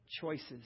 choices